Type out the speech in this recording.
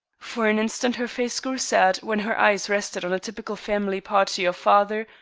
for an instant her face grew sad when her eyes rested on a typical family party of father,